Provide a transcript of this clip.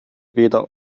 weder